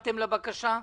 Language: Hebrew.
לבקשה?